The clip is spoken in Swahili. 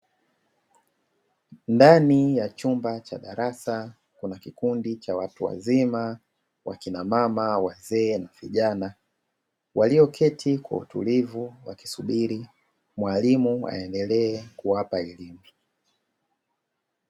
Ndani ya chumba cha darasa kuna kikundi cha watu wazima, wakina mama wazee na vijana walioketi kwa utulivu wakisubiri mwalimu aendelee kuwapa elimu.